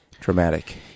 dramatic